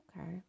Okay